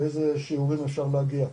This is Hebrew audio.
לאיזה שיעורים אפשר להגיע.